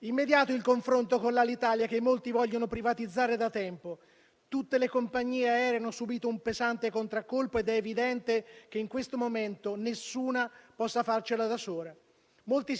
Si dimentica tuttavia che spesso accade il contrario, cioè che le compagnie private, le *low cost*, ricevono ingenti agevolazioni regionali, che in definitiva sono statali, solo pubblicizzate con meno clamore,